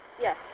Yes